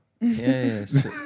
Yes